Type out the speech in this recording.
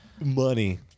money